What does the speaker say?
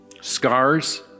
scars